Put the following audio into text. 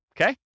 okay